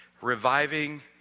reviving